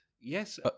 Yes